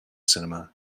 cinema